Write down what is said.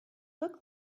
look